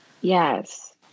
Yes